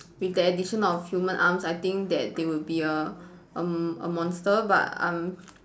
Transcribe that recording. with the addition of human arms I think that they would be a um a monster but I'm